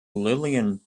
lillian